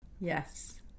yes